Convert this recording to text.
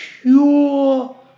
pure